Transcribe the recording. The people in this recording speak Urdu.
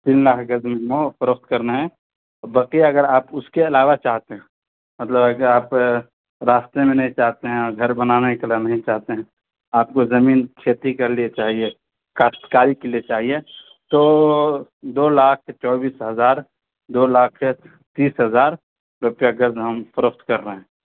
تین لاکھ گز میں وہ فروخت کرنا ہے بقیہ اگر آپ اس کے علاوہ چاہتے ہیں مطلب اگر آپ راستے میں نہیں چاہتے ہیں گھر بنانے کے لیے نہیں چاہتے ہیں آپ کو زمین کھیتی کے لیے چاہیے کاشت کاری کے لیے چاہیے تو دو لاکھ چوبیس ہزار دو لاکھ تیس ہزار روپیہ گز ہم فروخت کر رہے ہیں